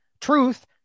Truth